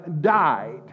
died